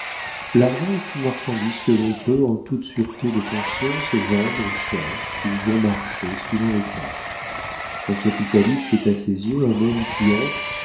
l'argent est une marchandise que l'on peut en toute sûreté de conscience vendre cher ou bon marché suivant les cas un capitaliste est à ses yeux un homme qui entre